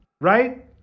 right